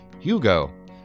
Hugo